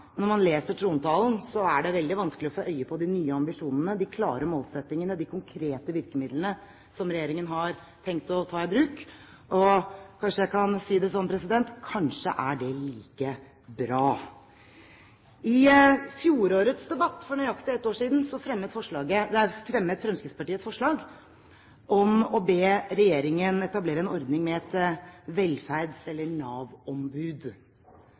men når man leser trontalen er det veldig vanskelig å få øye på de nye ambisjonene, de klare målsettingene, de konkrete virkemidlene som regjeringen har tenkt å ta i bruk, og kanskje jeg kan si det sånn: Kanskje er det like bra. I fjorårets debatt, for nøyaktig ett år siden, fremmet Fremskrittspartiet et forslag om å be regjeringen etablere en ordning med et velferds- eller